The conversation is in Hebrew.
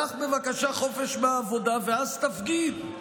קח בבקשה חופש מהעבודה, ואז תפגין.